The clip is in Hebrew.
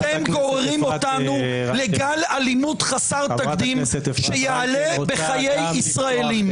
אתם גוררים אותנו לגל אלימות חסר תקדים שיעלה בחיי ישראליים.